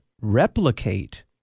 replicate